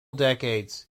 decades